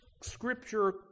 scripture